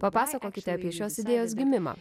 papasakokite apie šios idėjos gimimą